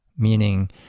meaning